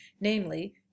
namely